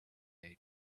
eight